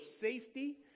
safety